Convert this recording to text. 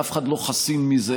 ואף אחד לא חסין מזה.